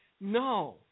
No